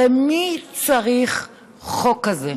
הרי מי צריך חוק כזה